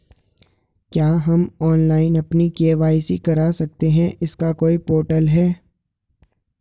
क्या हम ऑनलाइन अपनी के.वाई.सी करा सकते हैं इसका कोई पोर्टल है?